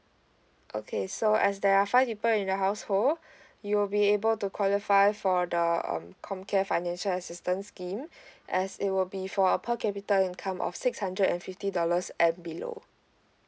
okay so as there are five people in the household you will be able to qualify for the um comcare financial assistance scheme as it will be for a per capita income of six hundred and fifty dollars and below